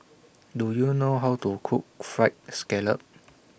Do YOU know How to Cook Fried Scallop